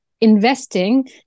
investing